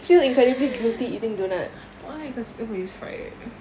why cause oh it's fried